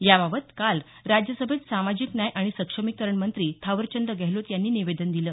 याबाबत काल राज्यसभेत सामाजिक न्याय आणि सक्षमीकरणमंत्री थावरचंद गेहलोत यांनी निवेदन दिलं